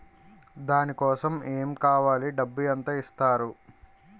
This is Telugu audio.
దాని కోసం ఎమ్ కావాలి డబ్బు ఎంత ఇస్తారు?